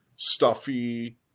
stuffy